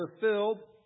fulfilled